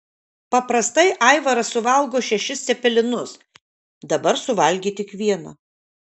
paprastai aivaras suvalgo šešis cepelinus dabar suvalgė tik vieną